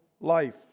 life